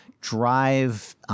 drive –